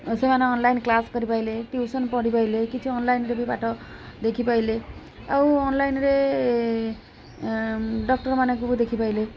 ସେମାନେ online class କରିପାରିଲେ tuition ପଢ଼ିପାରିଲେ କିଛି ଅନଲାଇନ୍ରେ ବି ପାଠ ଦେଖିପାରିଲେ ଆଉ ଅନ୍ଲାଇନ୍ରେ ଡକ୍ଟରମାନଙ୍କୁ ବି ଦେଖିପାରିଲେ